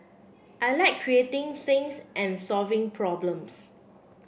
I like creating things and solving problems